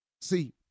See